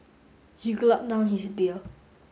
he gulped down his beer